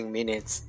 Minutes